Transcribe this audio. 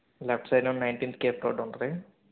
left side నుండి nineteenth cafe road ఉంటుంది